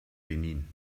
benin